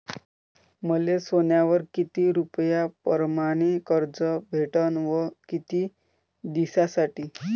मले सोन्यावर किती रुपया परमाने कर्ज भेटन व किती दिसासाठी?